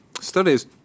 studies